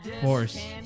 Force